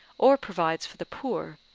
or provides for the poor,